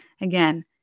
Again